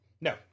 No